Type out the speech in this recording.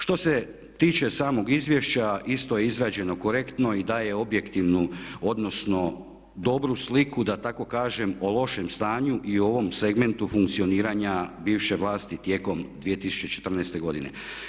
Što se tiče samog izvješća isto je izrađeno korektno i daje objektivnu odnosno dobru sliku da tako kažem o lošem stanju i o ovom segmentu funkcioniranja bivše vlasti tijekom 2014. godine.